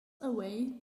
away